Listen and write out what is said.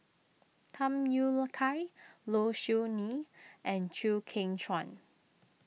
Tham Yui Kai Low Siew Nghee and Chew Kheng Chuan